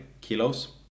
kilos